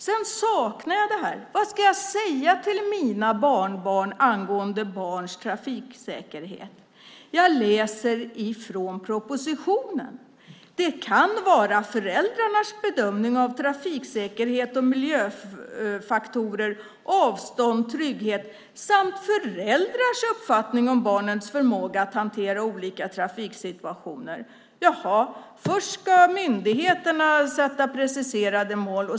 Jag saknar vad jag ska säga till mina barnbarn angående barns trafiksäkerhet. Jag läser från propositionen: Det kan vara föräldrarnas bedömning av trafiksäkerhet och miljöfaktorer, avstånd och trygghet samt föräldrars uppfattning om barnens förmåga att hantera olika trafiksituationer. Jaha, först ska myndigheterna sätta preciserade mål.